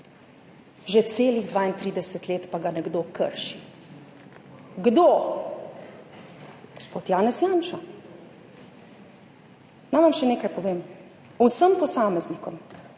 Že celih 32 let pa ga nekdo krši. Kdo? Gospod Janez Janša. Naj vam še nekaj povem. Vsem posameznikom,